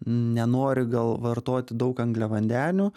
nenori gal vartoti daug angliavandenių